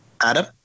Adam